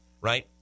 Right